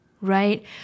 right